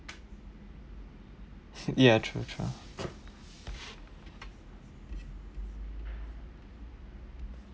ya true true